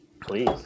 Please